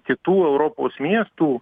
kitų europos miestų